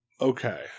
Okay